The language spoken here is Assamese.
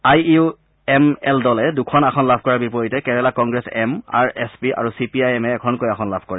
আই ইউ এম এল দলে দুখন আসন লাভ কৰাৰ বিপৰীতে Kerala Congress M R S P আৰু চি পি আই এমে এখনকৈ আসন লাভ কৰে